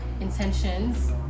intentions